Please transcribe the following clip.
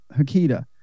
Hakita